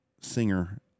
singer